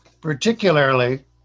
particularly